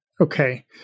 Okay